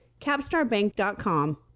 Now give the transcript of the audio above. CapstarBank.com